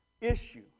issue